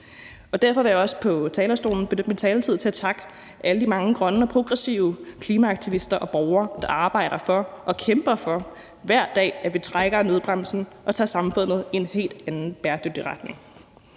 Derfor vil jeg også på talerstolen benytte min taletid til at takke alle de mange grønne og progressive klimaaktivister og borgere, der hver dag arbejder for og kæmper for, at vi trækker i nødbremsen og tager samfundet i en helt anden bæredygtig retning.